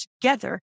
together